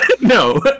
No